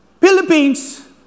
Philippines